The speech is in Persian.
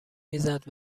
میزد